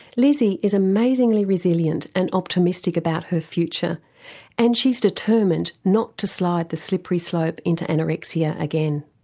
lizzy is amazingly resilient and optimistic about her future and she's determined not to slide the slippery slope into anorexia again.